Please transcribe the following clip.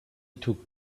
took